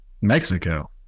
Mexico